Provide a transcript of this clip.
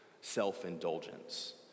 self-indulgence